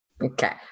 Okay